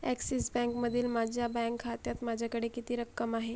axis बँकमधील माझ्या bank खात्यात माझ्याकडे किती रक्कम आहे